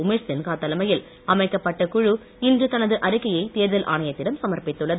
உமேஷ் சின்ஹா தலைமையில் அமைக்கப்பட்ட குழு இன்று தனது அறிக்கையை தேர்தல் ஆணையத்திடம் சமர்பித்துள்ளது